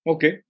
Okay